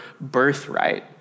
birthright